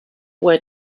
were